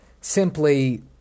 simply –